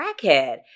crackhead